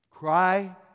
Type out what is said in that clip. Cry